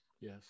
Yes